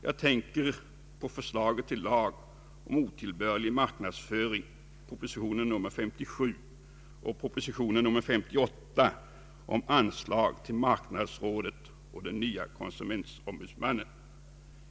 Jag tänker på förslagen till lag om otillbörlig marknadsföring, proposition nr 57, och om anslag till marknadsrådet och den nya konsumentombudsmannen, proposition nr 58.